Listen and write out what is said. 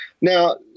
Now